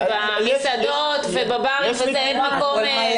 במסעדות ובברים אין מקום להיכנס.